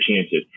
chances